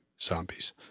zombies